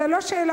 זה לא שאלה,